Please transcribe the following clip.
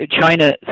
China